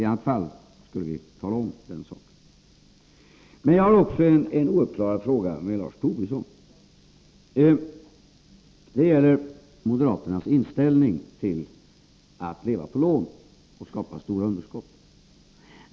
I annat fall skulle vi tala om den saken. Men jag har också en fråga ouppklarad med Lars Tobisson. Det gäller moderaternas inställning till att leva på lån och att skapa stora underskott.